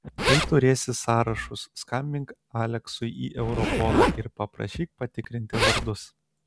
kai turėsi sąrašus skambink aleksui į europolą ir paprašyk patikrinti vardus